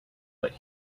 but